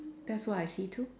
that's what I see too